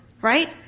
right